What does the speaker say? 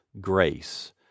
grace